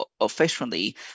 officially